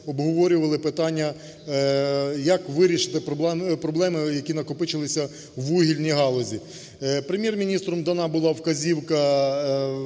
обговорювали питання, як вирішити проблеми, які накопичилися в вугільній галузі. Прем'єр-міністром дана була вказівка